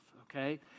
okay